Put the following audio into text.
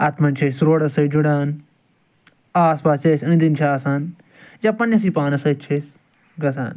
اَتھ منٛز چھِ أسۍ روڈَس سۭتۍ جُڑان آس پاس یہِ اَسہِ أندۍ أندۍ چھِ آسان جَب پَنٛنِسٕے پانَس سۭتۍ چھِ أسۍ گژھان